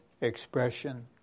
expression